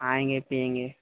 کھائیں گے پیئیں گے